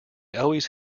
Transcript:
always